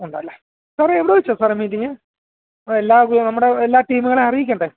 ഉണ്ടല്ലേ സാറേ എവിടെ വെച്ചാണ് സാറെ മീറ്റിംഗ് എല്ലാ നമ്മുടെ എല്ലാ ടീമുകളെയും അറിയിക്കണ്ടെ